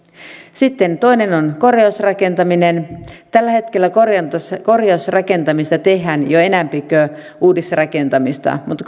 sitten toinen on korjausrakentaminen tällä hetkellä korjausrakentamista tehdään jo enempi kuin uudisrakentamista mutta